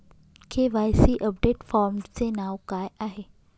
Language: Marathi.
के.वाय.सी अपडेट फॉर्मचे नाव काय आहे?